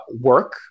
work